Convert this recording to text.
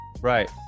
right